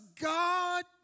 God